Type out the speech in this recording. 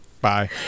Bye